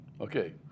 Okay